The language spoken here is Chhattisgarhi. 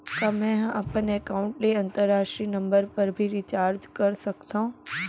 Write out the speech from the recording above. का मै ह अपन एकाउंट ले अंतरराष्ट्रीय नंबर पर भी रिचार्ज कर सकथो